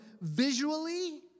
visually